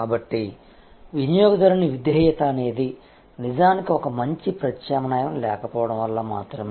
కాబట్టి వినియోగదారుని విధేయత అనేది నిజానికి ఒక మంచి ప్రత్యామ్నాయం లేకపోవడం వల్ల మాత్రమే